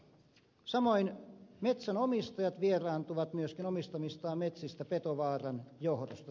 samoin metsänomistajat vieraantuvat myöskin omistamistaan metsistä petovaaran johdosta